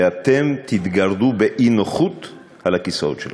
ואתם תתגרדו באי-נוחות על הכיסאות שלכם: